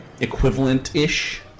equivalent-ish